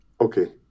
Okay